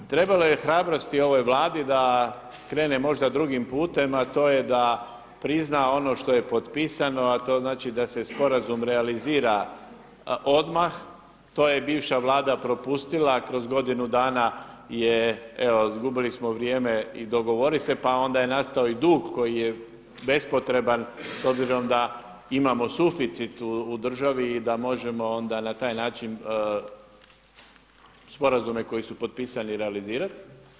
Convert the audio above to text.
Trebalo je hrabrosti ovoj Vladi da krene možda drugim putem a to je da prizna ono što je potpisano a to znači da se sporazum realizira odmah, to je bivša Vlada propustila kroz godinu dana je evo izgubili smo vrijeme i dogovorit se pa onda je nastao i dug koji je bespotreban s obzirom da imamo suficit u državi i da možemo onda na taj način sporazume koji su potpisani realizirati.